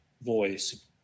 voice